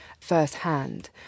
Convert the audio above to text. firsthand